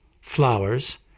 flowers